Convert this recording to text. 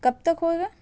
کب تک ہوئے گا